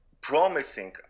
promising